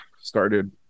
started